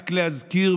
רק להזכיר,